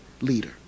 leader